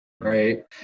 right